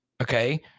Okay